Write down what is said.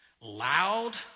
loud